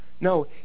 No